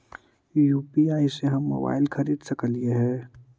UPI से हम mobile खरिद सकलिऐ है